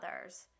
others